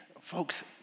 Folks